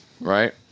Right